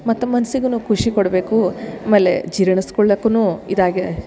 ಮತ್ತು ಮನಸ್ಸಿಗೂನು ಖುಷಿ ಕೊಡಬೇಕು ಅಮೇಲೆ ಜಿರ್ಣಿಸ್ಕೊಳ್ಳಕ್ಕುನೂ ಇದಾಗಿ